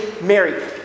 Mary